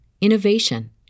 innovation